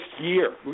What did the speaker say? year